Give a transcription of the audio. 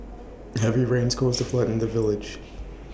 heavy rains caused A flood in the village